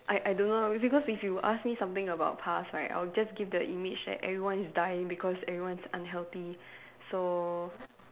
I I don't know be~ because if you ask me something about past right I will just give the image that everyone is dying because everyone is unhealthy so